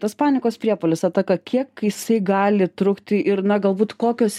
tas panikos priepuolis ataka kiek jisai gali trukti ir na galbūt kokios